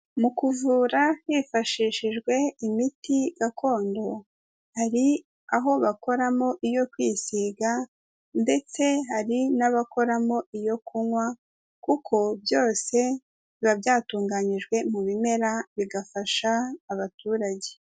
Mu kuvura hifashishijwe imiti gakondo, hari aho bakoramo iyo kwisiga ndetse hari n'abakoramo iyo kunywa kuko byose biba byatunganyijwe mu bimera bigafasha abaturage.